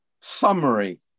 summary